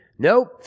Nope